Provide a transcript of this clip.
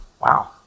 Wow